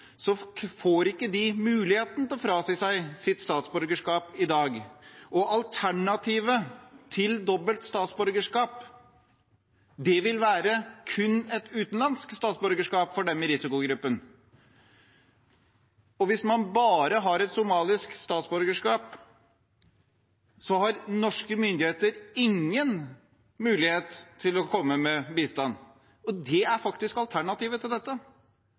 ikke får muligheten til å frasi seg sitt statsborgerskap i dag, og alternativet til dobbelt statsborgerskap vil for dem i risikogruppen være kun et utenlandsk statsborgerskap. Hvis man bare har et somalisk statsborgerskap, har norske myndigheter ingen mulighet til å komme med bistand, og det er faktisk alternativet til dette.